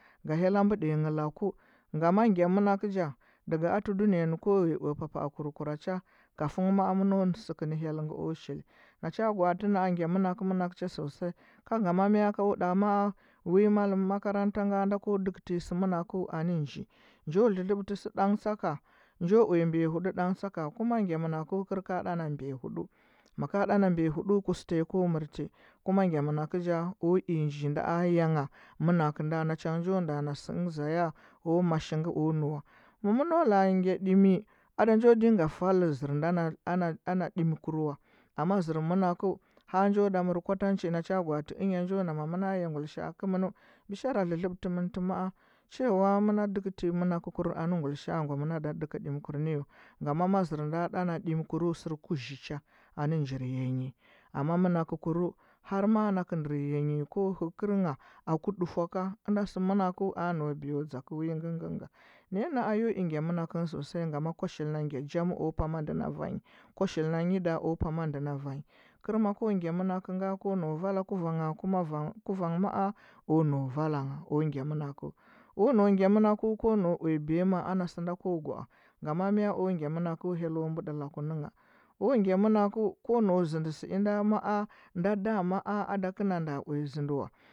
Lza hyella ɓuɗe nge laku nga ma gya manak eu ja diga ate dunera ne ko nghea uya pa pwake kura cha gubu ma a mɚno seke ne hyel nge o shili na cha gwa ate na’o gya manakeu menakeu cha sosai ka ngama mie kwa ɗa ma’a wi mallum makaranta nga nda ko dekte nyi se menakeu ane nji njo lɚlɚbtɚ se dang tsaka njo uya mba ya huɗu dang tsaka kuma gya menakeu ker ka ɗa na mba hudu ana mba hudu kustang ko mɚrte kuma gya menakeu ja oi nji nda ya agha menakeu nda na cha nge njo nela na se nge za ya o mashi ngani ma meno la gya dimi ada njo ɗinga fal zer nda na dimi kur wa amma zer menakeu har njo da mer kwatanci na cha gwa ati enya njo na ma mi na ya guilisha’a kumu bishara lelebtemin ti ne cewa mena deketenyi menakekur ane guilishaa ngamana da deke dimikur ne mi wa ngama ma zer na ɗa na dimikuru shir kuzhi cha ane njir ya yi amma menakuru har ma a nak nder ya yi ko he kɚre ngha aku dufu ka hida shi menakeu a nau biya dȝake wi nge nge nga naya na a yo i gya menakeu sosai nge ma ko shilna gya jam o pama nde kuan yi kwa shili nyida o pama nde na vanyi ker mak gya menakeu nga ko nau vala kuvangha kuvanghe maa o nau vala ngha gya mena keu ko nau gya menakeu ko nau biyanna ana si do ko gwa’a ngama mie o gya menakeu hello buɗe laku ne ngha ko nau zendi seida mo a nda dama’a ada na nda uya zawal wa.